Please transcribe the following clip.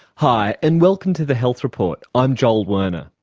hi and welcome to the health report, i'm joel werner.